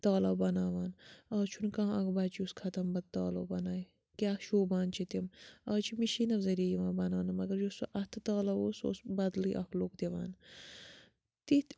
تالَو بَناوان آز چھُنہٕ کانٛہہ اَکھ بَچہٕ یُس ختمبنٛد تالوٗ بَنایہِ کیٛاہ شوٗبان چھِ تِم آز چھِ مِشیٖنو ذٔریعہِ یِوان بَناونہٕ مگر یُس سُہ اَتھٕ تالَو اوس سُہ اوس بَدلٕے اَکھ لُک دِوان تِتھۍ